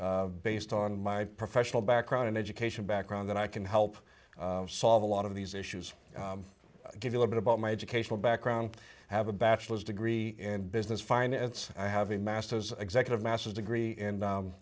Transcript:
situation based on my professional background and education background that i can help solve a lot of these issues give you a bit about my educational background have a bachelor's degree in business finance i have a master's executive master's degree